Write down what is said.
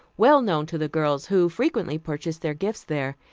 well known to the girls, who frequently purchased their gifts there.